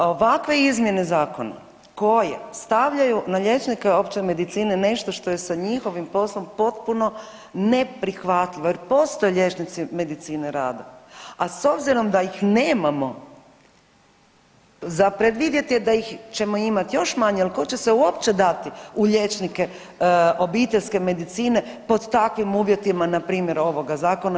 Ovakve izmjene zakona kojim stavljaju na liječnike opće medicine nešto što je sa njihovim poslom potpuno neprihvatljivo jer postoje liječnici medicine rada, a s obzirom da ih nemamo za predvidjet je da ih ćemo imati još manje jer tko će se u opće dati u liječnike obiteljske medicine pod takvim uvjetima npr. ovoga zakona.